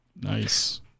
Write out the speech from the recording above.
Nice